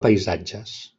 paisatges